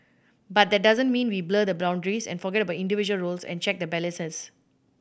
but that doesn't mean we blur the boundaries and forget about individual roles and check the balances